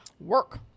Work